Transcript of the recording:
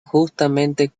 justamente